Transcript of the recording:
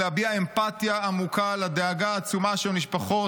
להביע אמפתיה עמוקה על הדאגה העצומה של משפחות